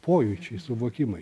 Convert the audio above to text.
pojūčiai suvokimai